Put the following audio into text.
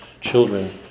children